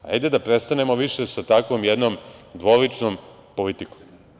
Hajde da prestanemo više sa takvom jednom dvoličnom politikom.